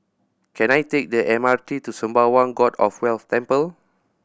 can I take the M R T to Sembawang God of Wealth Temple